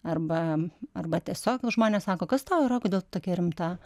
arba arba tiesiog žmonės sako kas tau yra kodėl tu tokia rimta